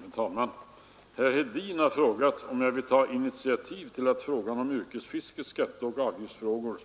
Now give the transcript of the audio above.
Herr talman! Herr Hedin har frågat mig om jag vill taga initiativ till att frågan om yrkesfiskets skatteoch avgiftsfrågor